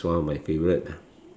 is one of my favorite lah